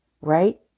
right